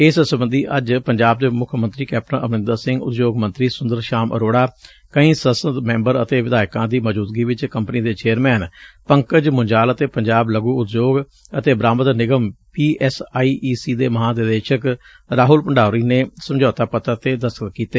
ਇਸ ਸਬੰਧੀ ਅੱਜ ਪੰਜਾਬ ਦੇ ਮੁੱਖ ਮੰਤਰੀ ਕੈਪਟਨ ਅਮਰਿੰਦਰ ਸਿੰਘ ਉਦਯੋਗ ਮੰਤਰੀ ਸੁੰਦਰ ਸ਼ਾਮ ਅਰੋੜਾ ਕਈ ਸੰਸਦ ਮੈਬਰਾਂ ਅਤੇ ਵਿਧਾਇਕਾਂ ਦੀ ਮੌਜੁਦਗੀ ਚ ਕੰਪਨੀ ਦੇ ਚੇਅਰਮੈਨ ਪੰਕਜ ਮੁੰਜਾਲ ਅਤੇ ਪੰਜਾਬ ਲਘੂ ਉਦਯੋਗ ਅਤੇ ਬਰਾਮਦ ਨਿਗਮ P S I E C ਦੇ ਮਹਾਂ ਨਿਦੇਸ਼ਕ ਰਾਹੁਲ ਭੰਡਾਰੀ ਨੇ ਸਮਝੌਤਾ ਪਤਰ ਤੇ ਦਸਤਖ਼ਤ ਕੀਤੇ